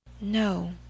No